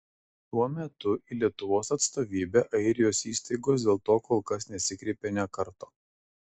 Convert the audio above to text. tuo metu į lietuvos atstovybę airijos įstaigos dėl to kol kas nesikreipė nė karto